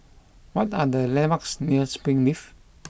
what are the landmarks near Springleaf